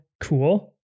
cool